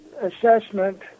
assessment